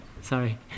sorry